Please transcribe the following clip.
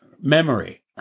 memory